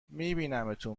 میبینمتون